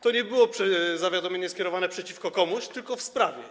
To nie było zawiadomienie skierowane przeciwko komuś, tylko w sprawie.